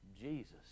Jesus